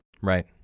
Right